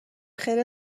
خیر